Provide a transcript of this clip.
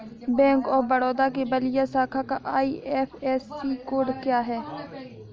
Bank of Baroda के बलिया शाखा का आई.एफ.एस.सी कोड क्या है?